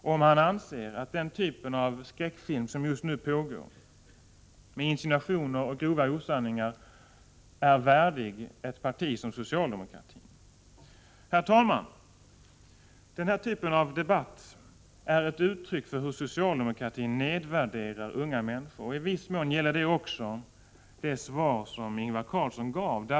Anser statsrådet att det slag av skräckfilm, med insinuationer och grova osanningar, som just nu går på biograferna är värdigt ett parti som socialdemokratin? Herr talman! Denna typ av debatt är ett uttryck för hur socialdemokratin nedvärderar unga människor. I viss mån gäller det också det svar som Ingvar Carlsson gav.